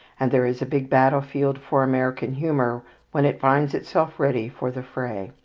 and there is a big battlefield for american humour when it finds itself ready for the fray,